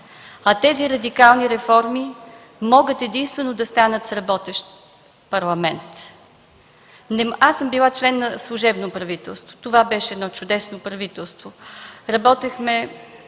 от радикални реформи, а те могат единствено да станат с работещ Парламент. Аз съм била член на служебно правителство. Това беше чудесно правителство. Правехме